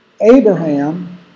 Abraham